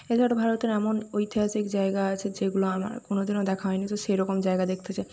এই ধরো ভারতের এমন ঐতিহাসিক জায়গা আছে যেগুলো আমার কোনোদিনও দেখা হয় নি তো সেইরকম জায়গা দেখতে চাই